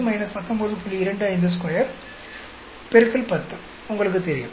252 10 X உங்களுக்குத் தெரியும்